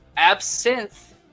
Absinthe